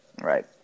right